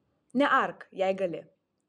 neark jei gali